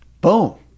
Boom